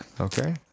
Okay